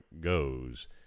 goes